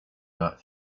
not